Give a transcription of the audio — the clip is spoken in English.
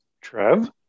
trev